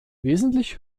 wesentlich